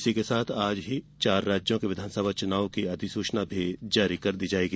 इसी के साथ आज ही चार राज्यों के विधानसभा चुनावों की अधिसूचना भी जारी कर दी जाएगी